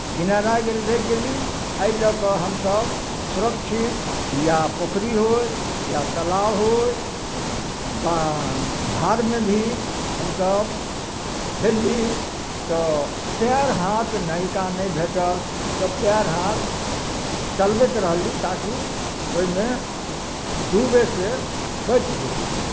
किनारा गैल लागि गेली एहि लऽ कऽ हमसभ सुरक्षित या पोखरि होय या तालाब होय बान धारमे भी हमसभ हेलली तऽ पैर हाथ नैका नहि भेटल तऽ पैर हाथ चलबैत रहली ताकि ओहिमे डुबयसँ बचि गेली